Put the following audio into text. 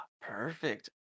Perfect